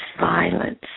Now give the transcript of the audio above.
violence